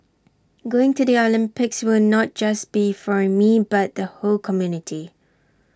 going to the Olympics will not just be for me but the whole community